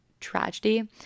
tragedy